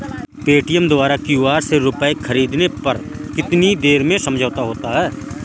Paytm द्वारा QR से रूपए ख़रीदने पर कितनी देर में समझौता होता है?